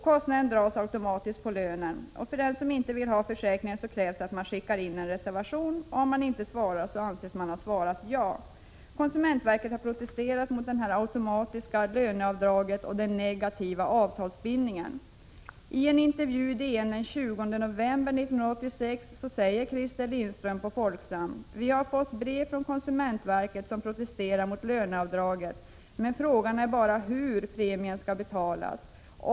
Kostnaden dras automatiskt på lönen. För den som inte vill ha försäkringen krävs att man skickar in en reservation. Den som inte svarar anses ha svarat ja. Konsumentverket har protesterat mot det automatiska löneavdraget och den negativa avtalsbindningen. I en intervju i DN den 20 november 1986 säger Christer Lindström på Folksam: ”Vi har fått brev från konsumentverket som protesterar mot löneavdraget. Men frågan är bara hur premierna skall betalas.